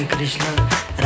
Krishna